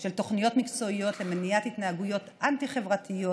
של תוכניות מקצועיות למניעת התנהגויות אנטי-חברתיות,